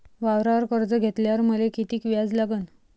वावरावर कर्ज घेतल्यावर मले कितीक व्याज लागन?